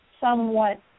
somewhat